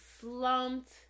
slumped